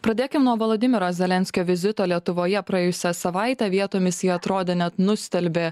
pradėkim nuo volodimiro zelenskio vizito lietuvoje praėjusią savaitę vietomis jį atrodė net nustelbė